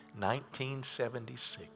1976